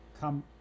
come